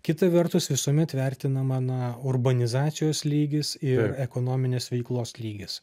kita vertus visuomet vertinama na urbanizacijos lygis ir ekonominės veiklos lygis